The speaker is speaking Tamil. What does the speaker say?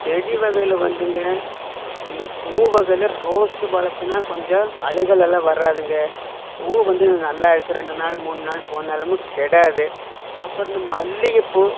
செடி வகையில் வந்துங்க இந்த பூ வகையில் ரோஸு வளர்த்துனா கொஞ்சம் அழுகெலல்லாம் வராதுங்க பூ வந்து நல்லாருக்கு ரெண்டு நாள் மூணு நாள் போனாலும் கெடாது அப்புறோம் இந்த மல்லிகைப்பூ